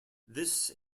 this